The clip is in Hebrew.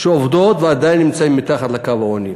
שעובדות ועדיין נמצאות מתחת לקו העוני.